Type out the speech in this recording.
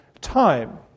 time